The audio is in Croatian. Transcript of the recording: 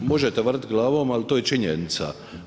Možete vrtit glavom ali to je činjenica.